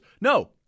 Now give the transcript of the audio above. No